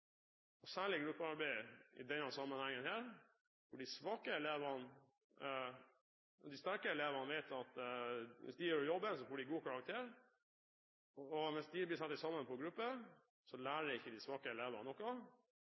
sterke elevene vet at hvis de gjør jobben, får de god karakter, og hvis de blir plassert sammen med svake elever i gruppe, så lærer ikke de svake elevene noe,